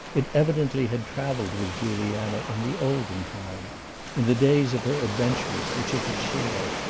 it evidently had traveled with juliana in the olden time in the days of her adventures, which it had shared.